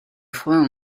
froid